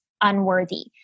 unworthy